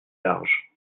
large